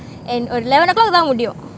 and eleven o'clock கு தான் முடியும்:ku thaan mudiyum